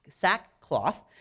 sackcloth